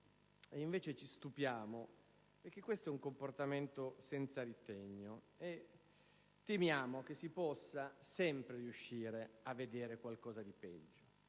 invece ci stupiamo, perché questo è un comportamento senza ritegno e temiamo che si possa sempre riuscire a vedere qualcosa di peggio,